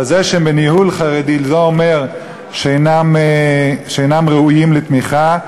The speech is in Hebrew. אבל זה שהם בניהול חרדי לא אומר שאינם ראויים לתמיכה.